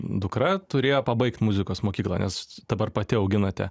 dukra turėjo pabaigt muzikos mokyklą nes dabar pati auginate